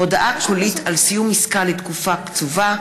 (הודעה קולית על סיום עסקה לתקופה קצובה),